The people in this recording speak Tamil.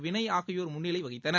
வினய் ஆகியோர் முன்னிலை வகித்தனர்